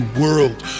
world